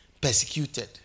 persecuted